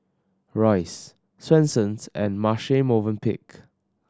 Royce Swensens and Marche Movenpick